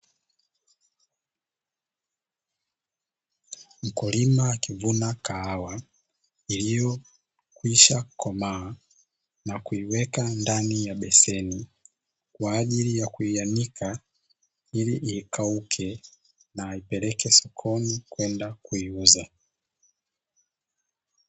Mkulima akivuna kahawa iliyokishwa komaa na kuiweka ndani ya beseni kwa ajili ya kuanika iliikauke na kupeleka sokoni kwenda kuiuza.